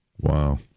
Wow